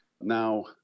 Now